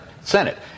Senate